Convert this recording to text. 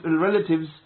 relatives